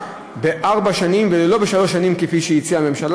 בארבע שנים ולא בשלוש שנים כפי שהציעה הממשלה.